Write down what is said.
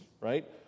right